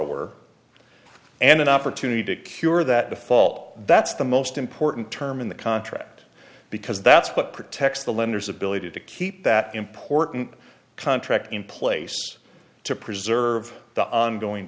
borrower and an opportunity to cure that default that's the most important term in the contract because that's what protects the lenders ability to keep that important contract in place to preserve the ongoing